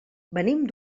venim